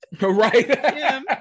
right